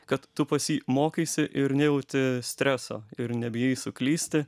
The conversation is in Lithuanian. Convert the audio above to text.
kad tu pas jį mokaisi ir nejauti streso ir nebijai suklysti